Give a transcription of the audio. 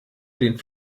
den